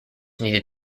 needed